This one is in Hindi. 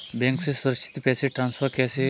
बैंक से सुरक्षित पैसे ट्रांसफर कैसे करें?